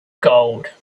gold